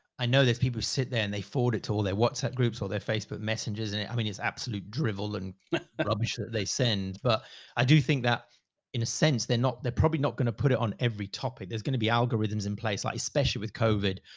i know there's people who sit there and they fought it to all their whatsapp groups or their facebook messengers and it, i mean, it's absolute drivel and rubbish that they send, but i do think that in a sense, they're not, they're probably not going to put it on every topic. there's going to be algorithms in place, like especially with coven,